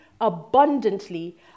abundantly